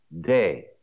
day